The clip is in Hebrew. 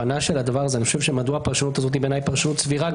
מדוע בעיניי הפרשנות הזאת היא פרשנות סבירה?